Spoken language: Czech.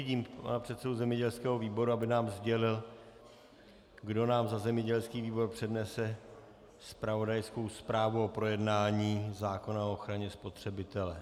Vidím pana předsedu zemědělského výboru, aby nám sdělil, kdo nám za zemědělský výbor přednese zpravodajskou zprávu o projednání zákona o ochraně spotřebitele.